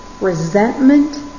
resentment